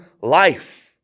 life